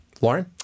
Lauren